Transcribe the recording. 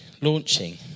launching